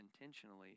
intentionally